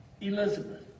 Elizabeth